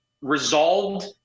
resolved